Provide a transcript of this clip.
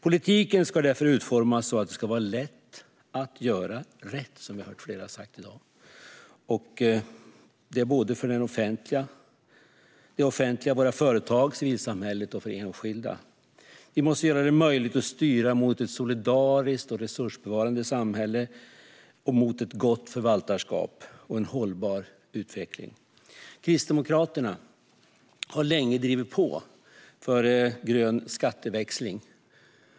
Politiken ska därför utformas så att det ska vara lätt att göra rätt - det har vi hört flera säga här i dag - för det offentliga, våra företag, civilsamhället och enskilda. Vi måste göra det möjligt att styra i riktning mot ett solidariskt och resursbevarande samhälle och mot ett gott förvaltarskap och en hållbar utveckling. Kristdemokraterna har länge drivit på för en grön skatteväxling.